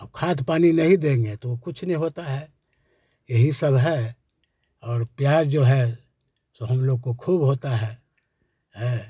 अब खाध पानी नहीं देंगे तो कुछ नहीं होता है यही सब है और प्याज़ जो है सो हम लोग को खूब होता है है